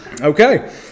Okay